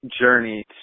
journey